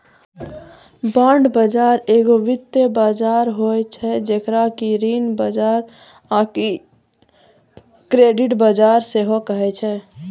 bond बजार एगो वित्तीय बजार होय छै जेकरा कि ऋण बजार आकि क्रेडिट बजार सेहो कहै छै